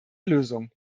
lösung